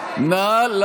חבר הכנסת פרוש, נא לשבת.